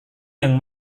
yang